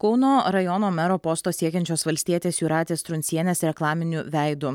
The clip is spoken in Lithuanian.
kauno rajono mero posto siekiančios valstietės jūratės truncienės reklaminiu veidu